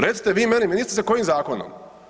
Recite vi meni ministrice, kojim zakonom?